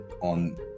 on